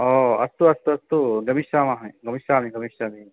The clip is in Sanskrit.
अस्तु अस्तु अस्तु गमिष्यामः गमिष्यामि गमिष्यामि